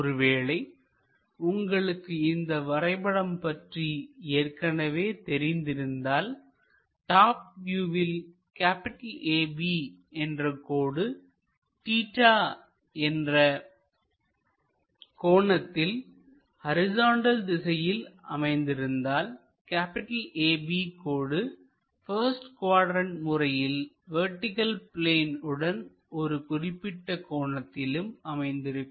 ஒருவேளை உங்களுக்கு இந்த வரைபடம் பற்றி ஏற்கனவே தெரிந்திருந்தால்டாப் வியூவில் AB என்ற கோடு தீட்டா என்ற கோணத்தில் ஹரிசாண்டல் திசையில் அமைந்திருந்தால் AB கோடு பஸ்ட் குவாட்ரண்ட் முறையில் வெர்டிகள் பிளேன் உடன் ஒரு குறிப்பிட்ட கோணத்திலும் அமைந்திருக்கும்